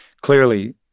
clearly